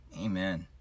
Amen